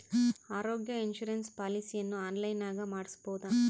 ಆರೋಗ್ಯ ಇನ್ಸುರೆನ್ಸ್ ಪಾಲಿಸಿಯನ್ನು ಆನ್ಲೈನಿನಾಗ ಮಾಡಿಸ್ಬೋದ?